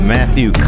Matthew